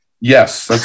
Yes